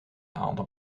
aantal